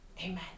Amen